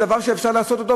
זה דבר שאפשר לעשות אותו,